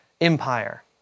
empire